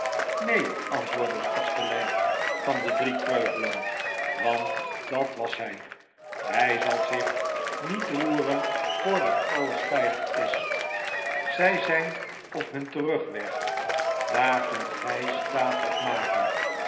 neen antwoordde de kastelein van de drie kreupelen want dat was hij hij zal zich niet roeren voordat alles veilig is zij zijn op hun terugweg daar kunt gij staat op maken